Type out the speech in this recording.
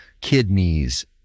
kidneys